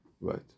Right